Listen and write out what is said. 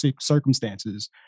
circumstances